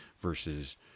versus